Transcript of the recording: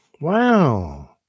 Wow